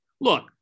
Look